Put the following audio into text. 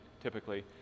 typically